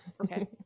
Okay